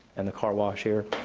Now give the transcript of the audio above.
and the car wash, here,